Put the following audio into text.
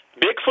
Bigfoot